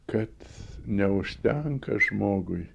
kad neužtenka žmogui